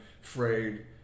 frayed